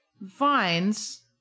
vines